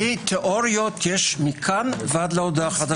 תיאוריות יש מכאן ועד הודעה חדשה.